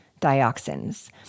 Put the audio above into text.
dioxins